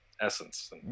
essence